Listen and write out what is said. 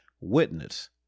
witness